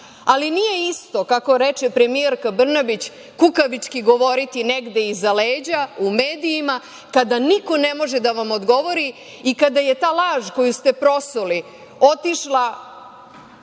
nije isto kako reče premijerka Brnabić kukavički govoriti negde iza leđa u medijima kada niko ne može da vam odgovori i kada je ta laž koju ste prosuli otišla